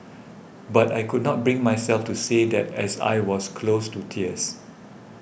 but I could not bring myself to say that as I was close to tears